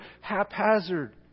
haphazard